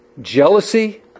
Jealousy